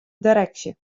direksje